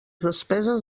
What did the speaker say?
despeses